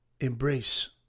Embrace